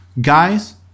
guys